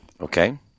Okay